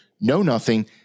know-nothing